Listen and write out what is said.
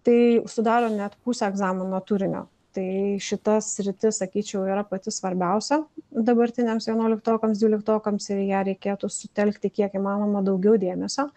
tai sudaro net pusę egzamino turinio tai šita sritis sakyčiau yra pati svarbiausia dabartiniams vienuoliktokams dvyliktokams ir į ją reikėtų sutelkti kiek įmanoma daugiau dėmesio